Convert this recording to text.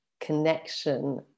connection